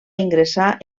ingressar